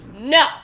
No